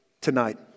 tonight